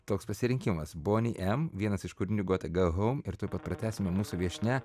toks pasirinkimas bonnie m vienas iš kūrinių gotta go home ir tuoj pat pratęsime mūsų viešnia